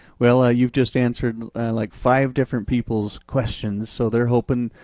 well ah you've just answered like five different people's questions, so they're hoping,